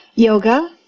Yoga